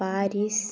Paris